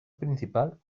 principal